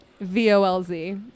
v-o-l-z